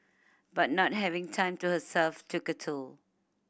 but not having time to herself took a toll